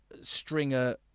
Stringer